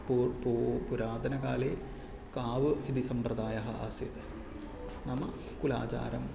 पुरा पु पुरातनकाले काव् इति सम्प्रदायः आसीत् नाम कुलाचारम्